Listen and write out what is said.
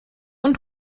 und